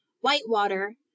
Whitewater